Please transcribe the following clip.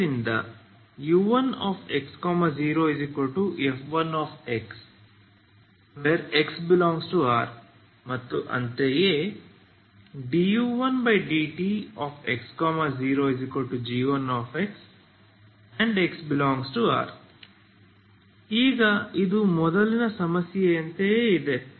ಆದ್ದರಿಂದ u1x0f1x x∈R ಮತ್ತು ಅಂತೆಯೇ u1∂tx0g1x x∈R ಈಗ ಇದು ಮೊದಲಿನ ಸಮಸ್ಯೆಯಂತೆಯೇ ಇದೆ